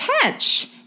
catch